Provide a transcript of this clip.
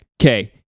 okay